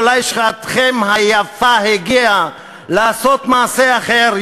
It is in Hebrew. אולי שעתכם היפה הגיעה לעשות מעשה אחר,